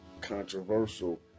controversial